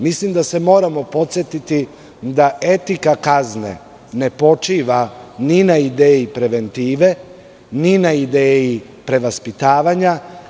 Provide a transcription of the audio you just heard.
Mislim da se moramo podsetiti da etika kazne ne počiva ni na ideji preventive, ni na ideji prevaspitavanja.